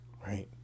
right